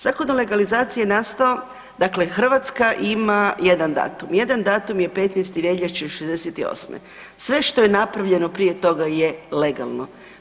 Zakon o legalizaciji je nastao dakle Hrvatska ima jedan datum, jedan datum je 15. veljače '68., sve što je napravljeno prije toga je legalno.